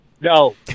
No